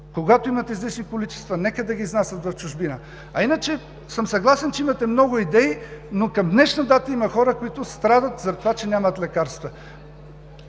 Когато имат излишни количества, нека да ги изнасят в чужбина. А иначе съм съгласен, че имате много идеи, но към днешна дата има хора, които страдат за това, че нямат лекарства.